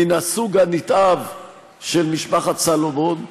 צריך להביא אותו.